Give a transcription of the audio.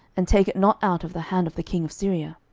and take it not out of the hand of the king of syria?